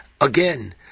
Again